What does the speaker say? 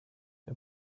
jag